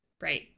Right